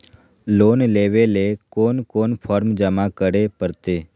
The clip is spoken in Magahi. लोन लेवे ले कोन कोन फॉर्म जमा करे परते?